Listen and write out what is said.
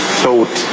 thought